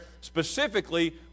specifically